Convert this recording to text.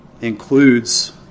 includes